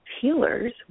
healers